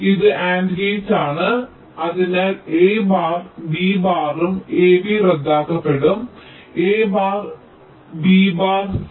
ഇത് AND gate ആണ് അതിനാൽ a ബാർ b ബാറും ab റദ്ദാക്കപ്പെടും a bar b bar c